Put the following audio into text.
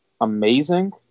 amazing